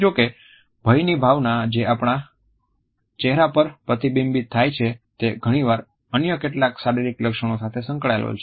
જો કે ભયની ભાવના જે આપણા ચહેરા પર પ્રતિબિંબિત થાય છે તે ઘણીવાર અન્ય કેટલાક શારીરિક લક્ષણો સાથે સંકળાયેલી હોય છે